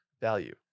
value